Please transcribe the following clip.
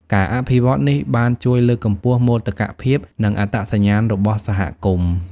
ការអភិវឌ្ឍន៍នេះបានជួយលើកកម្ពស់មោទកភាពនិងអត្តសញ្ញាណរបស់សហគមន៍។